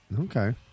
Okay